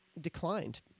declined